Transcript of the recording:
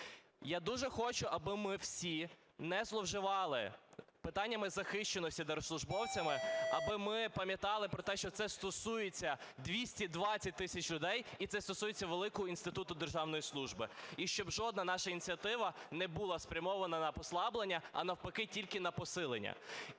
Я дуже хочу, аби ми всі не зловживали питаннями захищеності держслужбовців, аби ми пам'ятали про те, що це стосується 220 тисяч людей і це стосується великого інституту державної служби, і щоб жодна наша ініціатива не була спрямована на послаблення, а навпаки – тільки на посилення.